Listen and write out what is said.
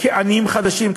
כעניים חדשים,